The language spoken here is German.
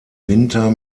winter